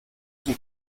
son